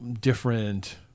different